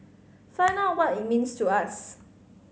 find out what it means to us